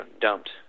dumped